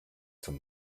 zum